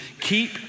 keep